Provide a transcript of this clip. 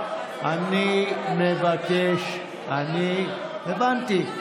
אני מבקש הבנתי,